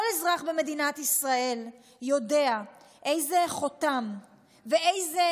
כל אזרח במדינת ישראל יודע איזה חותם ואיזה